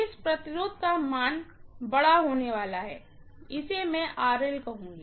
इस रेजिस्टेंस का मान बड़ा होने वाला है इसे मैं कहूँगी